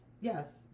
Yes